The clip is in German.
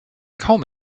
kaum